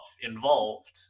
involved